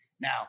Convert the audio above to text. Now